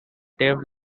dave